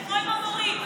זה כמו עם המורים.